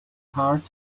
heart